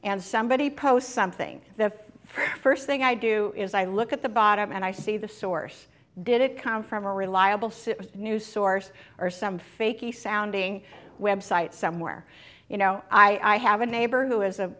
and somebody posts something the first thing i do is i look at the bottom and i see the source did it come from a reliable city news source or some fakey sounding web site somewhere you know i have a neighbor who is a